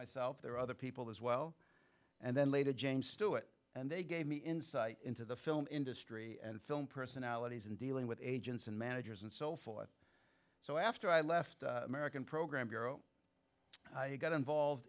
myself there were other people as well and then later james to it and they gave me insight into the film industry and film personalities and dealing with agents and managers and so forth so after i left american program bureau i got involved